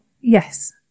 yes